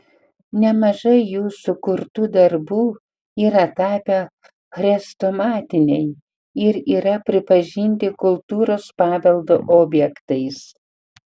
nemažai jų sukurtų darbų yra tapę chrestomatiniai ir yra pripažinti kultūros paveldo objektais